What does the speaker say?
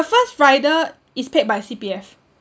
first rider is paid by C_P_F